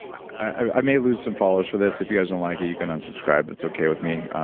i may lose some followers for this. if you guys don't like it you can unsubscribe. that's okay with me.